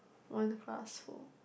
one class full